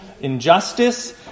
injustice